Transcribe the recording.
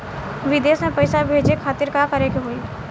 विदेश मे पैसा भेजे खातिर का करे के होयी?